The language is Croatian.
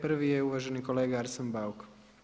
Prvi je uvaženi kolega Arsen Bauk.